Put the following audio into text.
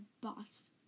boss